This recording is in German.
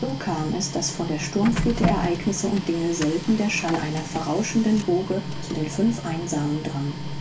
so kam es daß von der sturmfluth der ereignisse und dinge selten der schall einer verrauschenden woge zu den fünf einsamen drang